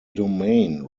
domain